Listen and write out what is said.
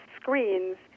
screens